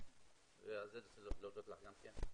טובה ועל זה רציתי להודות לך גם כן.